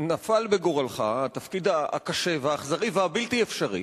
נפל בגורלך התפקיד הקשה והאכזרי והבלתי-אפשרי,